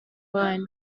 line